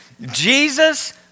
Jesus